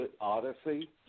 Odyssey